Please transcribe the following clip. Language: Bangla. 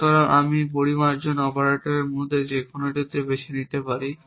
সুতরাং আমি এই পরিমার্জন অপারেটরগুলির মধ্যে যেকোনো একটি বেছে নিতে পারি